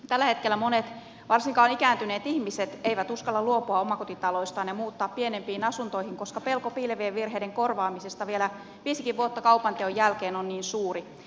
tällä hetkellä monet varsinkaan ikääntyneet ihmiset eivät uskalla luopua omakotitaloistaan ja muuttaa pienempiin asuntoihin koska pelko piilevien virheiden korvaamisesta vielä viisikin vuotta kaupanteon jälkeen on niin suuri